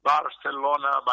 Barcelona